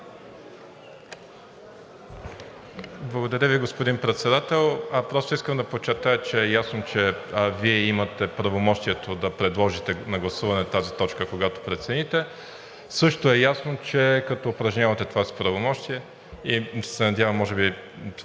Благодаря Ви, господин Председател. Просто искам да подчертая, че е ясно, че Вие имате правомощието да предложите на гласуване тази точка, когато прецените. Също е ясно, че като упражнявате това си правомощие, надявам се така да успеете